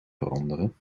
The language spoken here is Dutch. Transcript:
veranderen